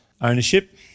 ownership